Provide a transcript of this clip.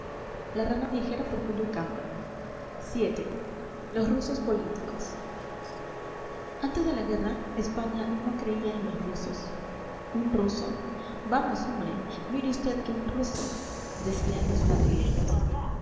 en madrid vii los rusos políticos antes de la guerra españa no creía en los rusos un ruso vamos hombre mire usted que un ruso decían los madrileños